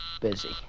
busy